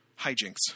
hijinks